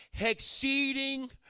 exceeding